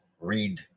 read